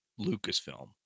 Lucasfilm